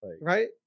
right